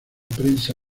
prensa